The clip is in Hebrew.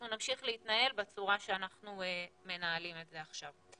נמשיך להתנהל בצורה שאנחנו מנהלים את זה עכשיו.